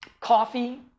coffee